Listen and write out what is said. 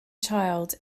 child